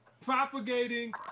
propagating